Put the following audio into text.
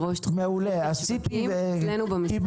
היא ראש תחום --- אצלנו במשרד.